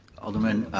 alderman,